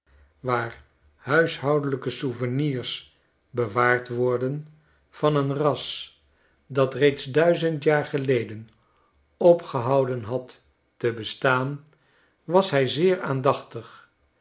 waar huishoudelijke souvenirs bewaard worden van een ras dat reeds duizend jaar geleden opgehouden had te bestaan was hij zeer aandachtig